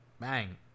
Bang